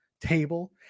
table